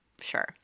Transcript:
Sure